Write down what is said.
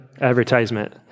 advertisement